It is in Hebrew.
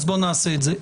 אז בואו נעשה את זה.